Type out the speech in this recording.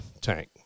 tank